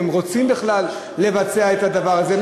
אם הם רוצים בכלל לבצע את הדבר הזה.